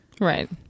Right